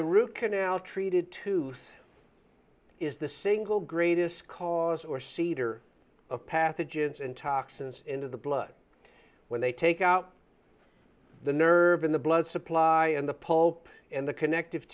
the root canal treated to is the single greatest cause or seed or of pathogens in toxins into the blood when they take out the nerve in the blood supply and the pope and the connective